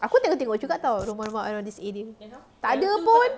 aku tengok-tengok juga [tau] rumah-rumah around this area tak ada pun